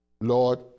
Lord